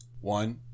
One